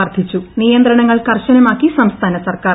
വർദ്ധിച്ചു നിയന്ത്രണങ്ങൾ കർശനമാക്കി സംസ്ഥാന സർക്കാർ